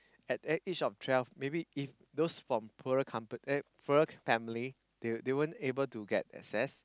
at the age of twelve maybe if those from poorer compa~ eh poorer family they weren't able to get access